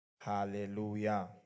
Hallelujah